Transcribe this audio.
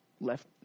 left